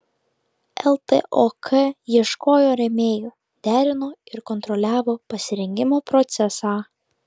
ltok ieškojo rėmėjų derino ir kontroliavo pasirengimo procesą